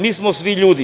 Mi smo svi ljudi.